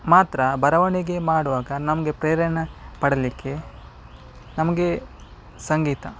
ಮಾತ್ರ ಬರವಣಿಗೆ ಮಾಡುವಾಗ ನಮಗೆ ಪ್ರೇರಣೆ ಪಡಲಿಕ್ಕೆ ನಮಗೆ ಸಂಗೀತ